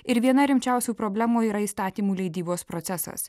ir viena rimčiausių problemų yra įstatymų leidybos procesas